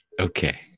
okay